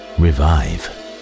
Revive